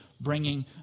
bringing